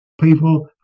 people